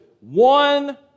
One